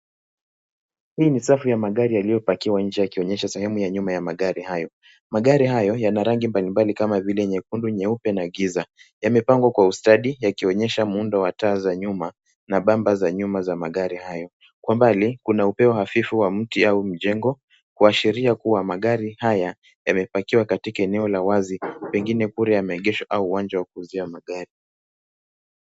Hii ni safu ya magari yaliyo pakiwa njee yakionyesha sehemu ya nyuma ya magari hayo. Magari hayo yana rangi mbali mbali kama vile nyekundu, nyeupe na giza. Yamepangwa kwa ustadi yakionyesha muundo wa taa za nyuma na bamba za nyuma za magari hayo. Kwa mbali kuna upeo hafifu wa mti au mjengo kuashiria kuwa magari haya yamepakiwa katika eneo la wazi pengine kule yameegeshwa au uwanja wa kuuzia magari.